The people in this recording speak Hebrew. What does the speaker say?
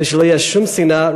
ושלא תהיה שום שנאה,